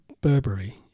Burberry